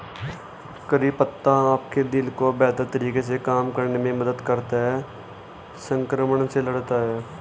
करी पत्ता आपके दिल को बेहतर तरीके से काम करने में मदद करता है, संक्रमण से लड़ता है